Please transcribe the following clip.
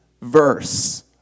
verse